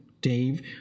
Dave